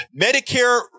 Medicare